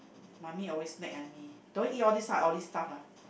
mummy always nag at me don't eat all these type all these stuff ah